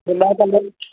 blouse अंदरि